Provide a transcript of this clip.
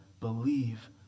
believe